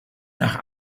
nach